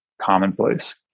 commonplace